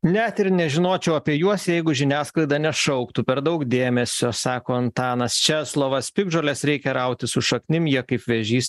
net ir nežinočiau apie juos jeigu žiniasklaida nešauktų per daug dėmesio sako antanas česlovas piktžoles reikia rauti su šaknim jie kaip vėžys